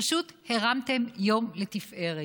פשוט הרמתם יום לתפארת.